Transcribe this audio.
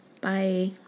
Bye